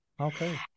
Okay